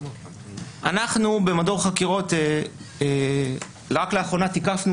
אנחנו במדור חקירות רק לאחרונה תיקפנו